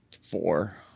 four